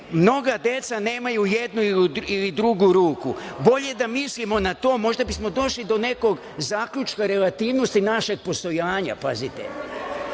mnoga deca nemaju jednu ili drugu ruku. Bolje da mislimo na to, pa bismo možda došli do nekog zaključka relativnosti našeg postojanja. Tako